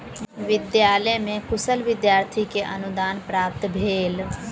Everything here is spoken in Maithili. विद्यालय में कुशल विद्यार्थी के अनुदान प्राप्त भेल